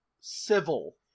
civil